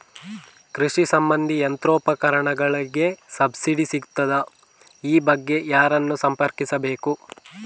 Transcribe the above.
ಕೃಷಿ ಸಂಬಂಧಿ ಯಂತ್ರೋಪಕರಣಗಳಿಗೆ ಸಬ್ಸಿಡಿ ಸಿಗುತ್ತದಾ? ಈ ಬಗ್ಗೆ ಯಾರನ್ನು ಸಂಪರ್ಕಿಸಬೇಕು?